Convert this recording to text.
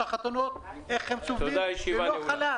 הישיבה ננעלה